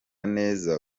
neza